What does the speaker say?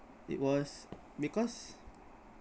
it was because